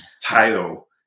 title